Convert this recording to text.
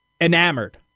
enamored